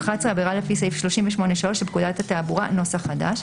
עבירה לפי סעיף 38(3) לפקודת התעבורה (נוסח חדש).